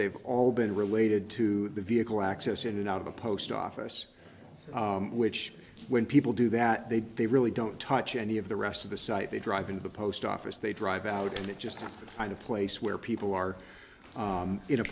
they've all been related to the vehicle access in and out of a post office which when people do that they do they really don't touch any of the rest of the site they drive into the post office they drive out and it just has to find a place where people are in a